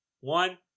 One